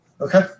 Okay